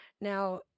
Now